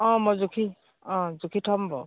অঁ মই জুখি অঁ জুখি থ'ম বাৰু